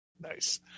Nice